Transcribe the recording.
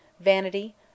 Vanity